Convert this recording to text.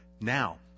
Now